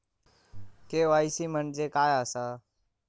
KYC म्हणजे काय आसा?